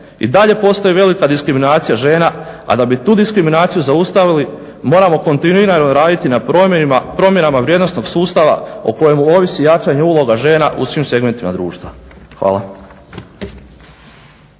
i dalje postoji velika diskriminacija žena, a da bi tu diskriminaciju zaustavili moramo kontinuirano raditi na promjenama vrijednosnog sustava o kojemu ovisi jačanje uloga žena u svim segmentima društva. Hvala.